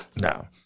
No